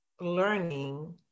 learning